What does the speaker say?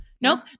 Nope